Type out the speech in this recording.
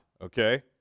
okay